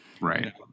Right